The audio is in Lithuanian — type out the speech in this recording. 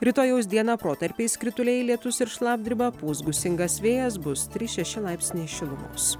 rytojaus dieną protarpiais krituliai lietus ir šlapdriba pūs gūsingas vėjas bus trys šeši laipsniai šilumos